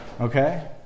Okay